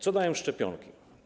Co dają szczepionki?